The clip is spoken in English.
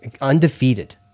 Undefeated